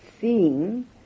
seeing